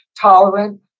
tolerant